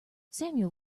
samuel